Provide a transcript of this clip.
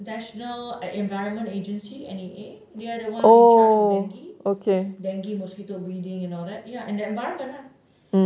national environmental agency N_E_A they are the ones in charge of dengue dengue mosquito breeding all of that and the environment lah